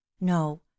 no